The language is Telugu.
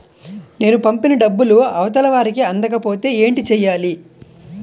నేను పంపిన డబ్బులు అవతల వారికి అందకపోతే ఏంటి చెయ్యాలి?